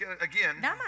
again